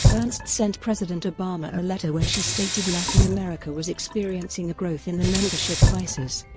ernst sent president obama a letter where she stated latin america was experiencing a growth in the membership of isis